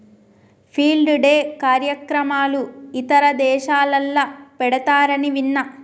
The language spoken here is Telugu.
ఫీల్డ్ డే కార్యక్రమాలు ఇతర దేశాలల్ల పెడతారని విన్న